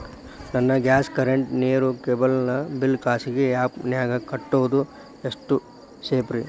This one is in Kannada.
ನನ್ನ ಗ್ಯಾಸ್ ಕರೆಂಟ್, ನೇರು, ಕೇಬಲ್ ನ ಬಿಲ್ ಖಾಸಗಿ ಆ್ಯಪ್ ನ್ಯಾಗ್ ಕಟ್ಟೋದು ಎಷ್ಟು ಸೇಫ್ರಿ?